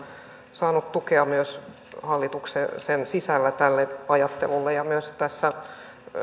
saanut tukea myös hallituksen sisällä tälle ajattelulle myös